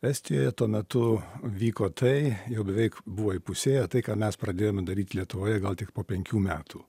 estijoje tuo metu vyko tai jau beveik buvo įpusėję tai ką mes pradėjome daryt lietuvoje gal tik po penkių metų